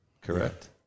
Correct